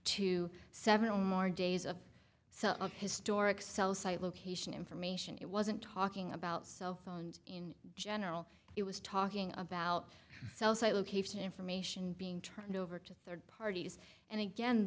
to several more days of so historic cell site location information it wasn't talking about cell phones in general it was talking about cell site location information being turned over to third parties and again